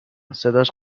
صداش